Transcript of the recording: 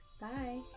Bye